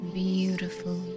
beautiful